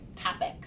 topic